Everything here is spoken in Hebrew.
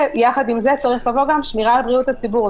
ויחד עם זה צריך לבוא גם שמירה על בריאות הציבור,